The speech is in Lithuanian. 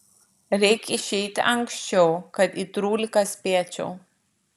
reik išeit anksčiau kad į trūliką spėčiau